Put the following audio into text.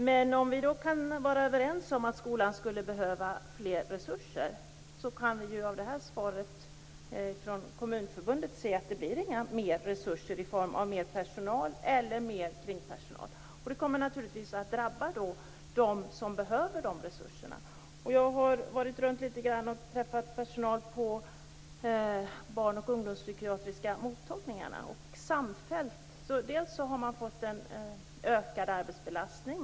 Men om vi kan vara överens om att skolan skulle behöva mer resurser kan vi av Kommunförbundets svar se att det inte blir några mer resurser i form av mer personal eller mer kringpersonal. Det kommer naturligtvis att drabba dem som behöver de resurserna. Jag har varit runt litet grand och träffat personal på barn och ungdomspsykiatriska mottagningarna. Där har man fått en ökad arbetsbelastning.